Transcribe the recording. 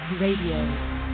radio